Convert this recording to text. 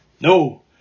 No